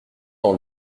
dans